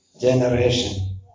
generation